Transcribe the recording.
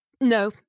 no